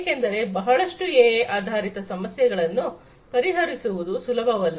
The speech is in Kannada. ಏಕೆಂದರೆ ಬಹಳಷ್ಟು ಎಐ ಆಧಾರಿತ ಸಮಸ್ಯೆಗಳನ್ನು ಪರಿಹರಿಸುವುದು ಸುಲಭವಲ್ಲ